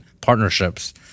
partnerships